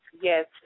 Yes